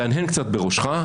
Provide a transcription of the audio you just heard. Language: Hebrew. תהנהן קצת בראשך,